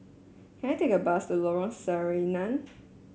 can I take a bus to Lorong Sarina